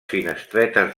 finestretes